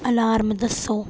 alarm दस्सो